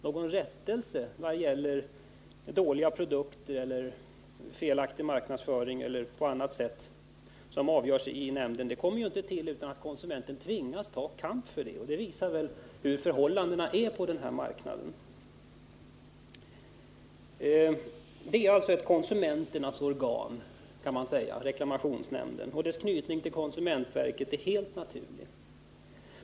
Någon ändring vad gäller dåliga produkter, felaktig marknadsföring m.fl. ärenden som avgörs av reklamationsnämnden kommer inte till stånd utan att konsumenten tvingas ta strid för detta. Det visar hur förhållandena är på denna marknad. Allmänna reklamationsnämnden är ett konsumenternas organ, och dess anknytning till konsumentverket är helt naturlig.